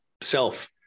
self